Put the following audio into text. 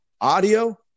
audio